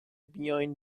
بیاین